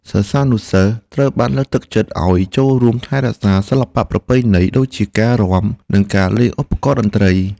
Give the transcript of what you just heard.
សិស្សានុសិស្សត្រូវបានលើកទឹកចិត្តឱ្យចូលរួមថែរក្សាសិល្បៈប្រពៃណីដូចជាការរាំនិងការលេងឧបករណ៍តន្ត្រី។